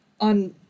on